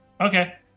Okay